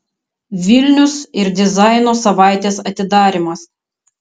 vilnius ir dizaino savaitės atidarymas